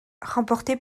remportée